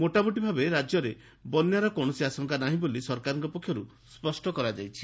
ମୋଟାମୋଟି ଭାବେ ରାଜ୍ୟରେ ବନ୍ୟାର କୌଶସି ଆଶଙ୍କା ନାହିଁ ବୋଲି ସରକାରଙ୍କ ପକ୍ଷରୁ କୁହାଯାଇଛି